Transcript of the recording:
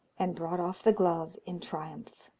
and brought off the glove in triumph.